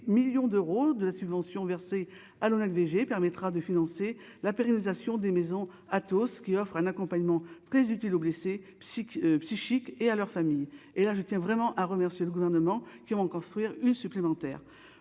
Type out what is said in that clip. millions d'euros de la subvention versée à l'ONAC VG permettra de financer la pérennisation des maisons à tous qui offre un accompagnement très utile aux blessés psychique et à leurs familles, et là je tiens vraiment à remercier le gouvernement qui vont construire une supplémentaire,